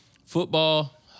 Football